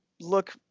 look